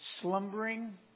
slumbering